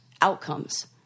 outcomes